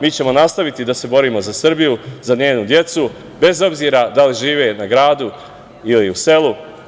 Mi ćemo nastaviti da se borimo za Srbiju, za njenu decu bez obzira da li žive u gradu ili na selu.